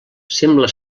sembla